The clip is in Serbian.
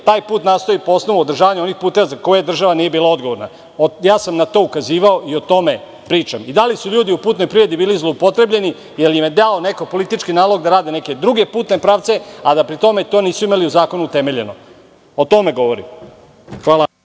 taj put nastao po osnovu održavanja onih puteva za koje država nije bila odgovorna. Na to sam ukazivao i o tome pričam. Da li su ljudi u putnoj privredi bili zloupotrebljeni jer im je neko dao politički nalog da rade neke druge putne pravce, a da pri tome nisu imali u zakonu utemeljeno. O tome govorim. Hvala.